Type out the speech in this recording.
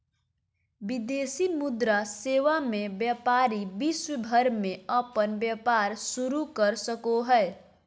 विदेशी मुद्रा सेवा मे व्यपारी विश्व भर मे अपन व्यपार शुरू कर सको हय